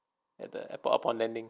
at the airport upon landing